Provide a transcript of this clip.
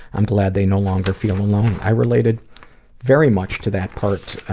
i am glad they no longer feel alone. i related very much to that part